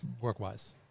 work-wise